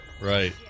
right